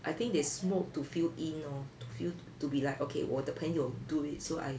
I think they smoke to feel in orh to feel to be like okay 我的朋友 do it so I